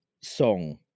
song